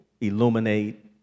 illuminate